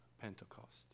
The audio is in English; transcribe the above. Pentecost